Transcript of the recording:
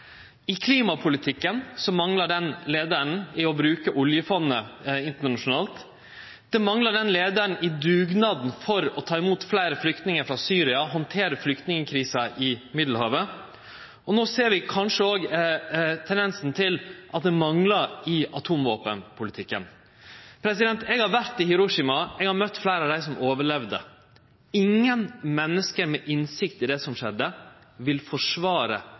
I klimapolitikken manglar den leiaren når det gjeld å bruke oljefondet internasjonalt. Den leiaren manglar i dugnaden for å ta imot fleire flyktningar frå Syria og handtere flyktningkrisa i Middelhavet. Og no ser vi kanskje også tendensen til at den leiaren manglar i atomvåpenpolitikken. Eg har vore i Hiroshima, eg har møtt fleire av dei som overlevde. Ingen menneske med innsikt i det som skjedde, vil forsvare